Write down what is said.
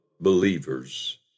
believers